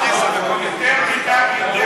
אתה